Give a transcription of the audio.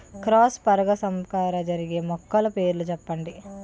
Cross పరాగసంపర్కం జరిగే మొక్కల పేర్లు చెప్పండి?